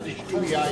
אז תשתו יין.